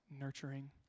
nurturing